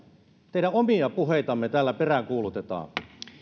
teidän omia puheitanne täällä peräänkuulutetaan